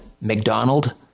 McDonald